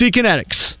Kinetics